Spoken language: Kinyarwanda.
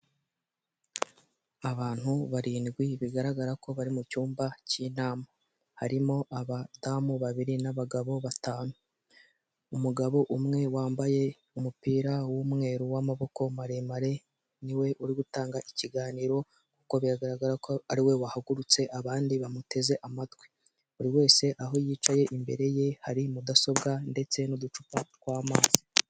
Abantu barindwi bigaragara ko bari mu cyumba cy'inama harimo abadamu babiri n'abagabo batanu, umugabo umwe wambaye umupira w'umweru w'amaboko maremare niwe uri gutanga ikiganiro kuko biragaragara ko ariwe wahagurutse abandi bamuteze amatwi, buri wese aho yicaye imbere ye hari mudasobwa ndetse n'uducupa tw'amazi.